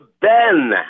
Ben